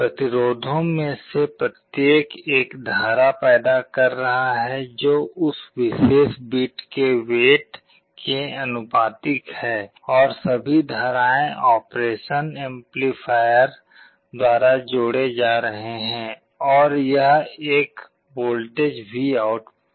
प्रतिरोधों में से प्रत्येक एक धारा पैदा कर रहा है जो उस विशेष बिट के वेट के आनुपातिक है और सभी धाराएं ऑपरेशन एम्पलीफायर द्वारा जोड़े जा रहे हैं और यह एक वोल्टेज VOUT में बदल जाता है